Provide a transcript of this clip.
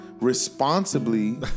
responsibly